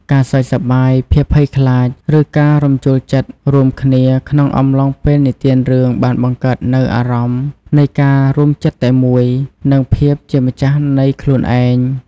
ការសើចសប្បាយ ភាពភ័យខ្លាច ឬការរំជួលចិត្តរួមគ្នាក្នុងអំឡុងពេលនិទានរឿងបានបង្កើតនូវអារម្មណ៍នៃការរួមចិត្តតែមួយ និងភាពជាម្ចាស់នៃខ្លួនឯង។